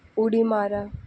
उडी मारा